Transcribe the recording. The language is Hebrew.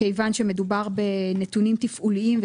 מכיוון שמדובר בנתונים תפעוליים,